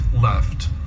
left